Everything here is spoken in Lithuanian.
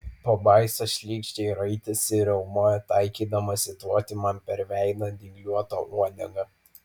pabaisa šlykščiai raitėsi ir riaumojo taikydamasi tvoti man per veidą dygliuota uodega